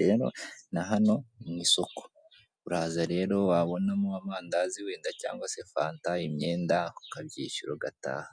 rero nahano ni mwisoko uraza rero wabonamo amandazi wenda cyangwa se fanta imyenda ukabyishyura ugataha.